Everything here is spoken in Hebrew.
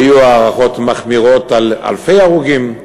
היו הערכות מחמירות על אלפי הרוגים,